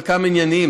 חלקם ענייניים,